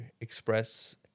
express